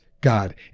God